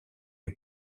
est